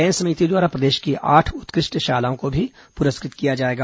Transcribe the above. चयन समिति द्वारा प्रदेश की आठ उत्कृष्ट शालाओं को भी पुरस्कृत किया जाएगा